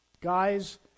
Guys